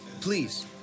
Please